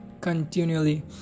continually